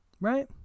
right